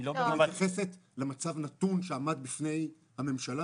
היא מתייחסת למצב נתון שעמד בפני הממשלה